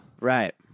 Right